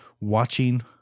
watching